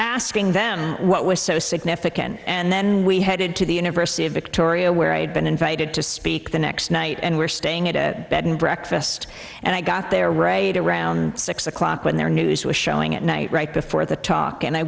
asking them what was so significant and then we headed to the university of victoria where i had been invited to speak the next night and were staying at a bed and breakfast and i got there were eight around six o'clock when their news was showing at night right before the talk and i